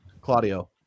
Claudio